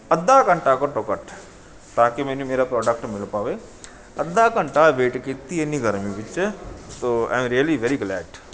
ਅੱਧਾ ਘੰਟਾ ਘੱਟੋ ਘੱਟ ਤਾਂ ਕਿ ਮੈਨੂੰ ਮੇਰਾ ਪ੍ਰੋਡਕਟ ਮਿਲ ਪਾਵੇ ਅੱਧਾ ਘੰਟਾ ਵੇਟ ਕੀਤੀ ਇੰਨੀ ਗਰਮੀ ਵਿੱਚ so I really very Glade